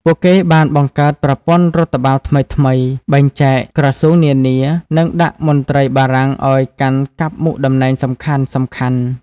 ពួកគេបានបង្កើតប្រព័ន្ធរដ្ឋបាលថ្មីៗ បែងចែកក្រសួងនានា និងដាក់មន្ត្រីបារាំងឱ្យកាន់កាប់មុខតំណែងសំខាន់ៗ។